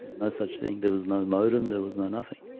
no, such thing. there was no modem. there was no nothing.